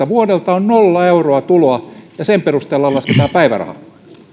vuodelta on nolla euroa tuloa ja sen perusteella lasketaan päiväraha